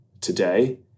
today